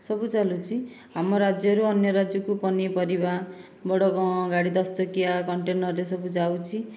ସବୁ ଚାଲୁଛି ଆମ ରାଜ୍ୟରୁ ଅନ୍ୟ ରାଜ୍ୟକୁ ପନିପରିବା ବଡ଼ ଗାଡ଼ି ଦଶ ଚକିଆ କଣ୍ଟେନର୍ ସବୁ ଯାଉଛି